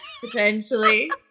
potentially